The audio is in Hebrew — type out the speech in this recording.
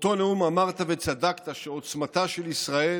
באותו נאום אמרת, וצדקת, שעוצמתה של ישראל